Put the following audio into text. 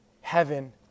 heaven